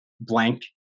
blank